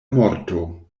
morto